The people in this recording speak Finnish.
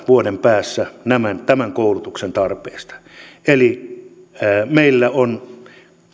vuoden päässä tämän tämän koulutuksen tarpeesta eli meillä on